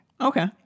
Okay